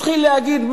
התחיל להגיד,